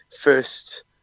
first